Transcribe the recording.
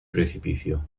precipicio